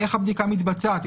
איך הבדיקה מתבצעת?